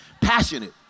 passionate